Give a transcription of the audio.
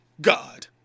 God